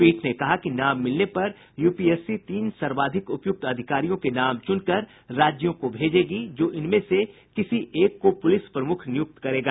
पीठ ने कहा कि नाम मिलने पर यूपीएससी तीन सर्वाधिक उपयुक्त अधिकारियों के नाम चुनकर राज्यों को भेजेगी जो इनमें किसी एक को पुलिस प्रमुख नियुक्त कर सकेगा